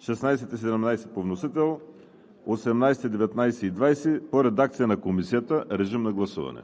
16 и 17 по вносител; 18, 19 и 20 в редакция на Комисията. Гласували